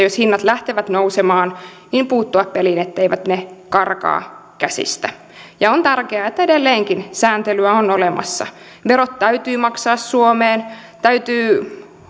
jos hinnat lähtevät nousemaan etteivät ne karkaa käsistä ja on tärkeää että edelleenkin sääntelyä on olemassa verot täytyy maksaa suomeen täytyy